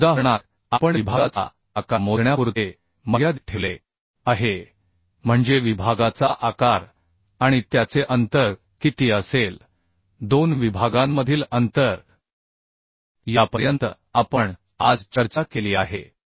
या उदाहरणात आपण विभागाचा आकार मोजण्यापुरते मर्यादित ठेवले आहे म्हणजे विभागाचा आकार आणि त्याचे अंतर किती असेल दोन विभागांमधील अंतर यापर्यंत आपण आज चर्चा केली आहे